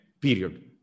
Period